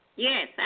Yes